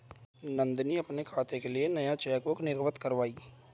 नंदनी अपने खाते के लिए नया चेकबुक निर्गत कारवाई